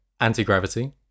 anti-gravity